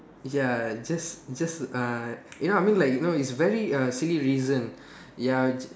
ya just just uh you know I mean like you know it's a very uh silly reason ya just